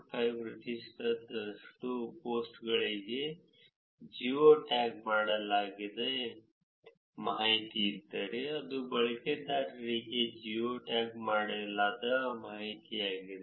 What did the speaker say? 5 ಪ್ರತಿಶತದಷ್ಟು ಪೋಸ್ಟ್ಗಳಿಗೆ geo tag ಮಾಡಲಾದ ಮಾಹಿತಿಯಿದ್ದರೆ ಅದು ಬಳಕೆದಾರರಿಗೆ ಜಿಯೋ ಟ್ಯಾಗ್ ಮಾಡಲಾದ ಮಾಹಿತಿಯಾಗಿದೆ